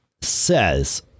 says